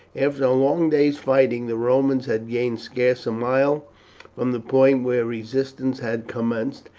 after a long day's fighting the romans had gained scarce a mile from the point where resistance had commenced,